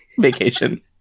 vacation